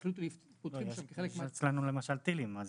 פותחים --- אצלנו למשל זה טילים.